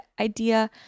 idea